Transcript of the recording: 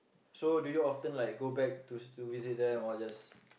so do you often like go back to to visit them or or just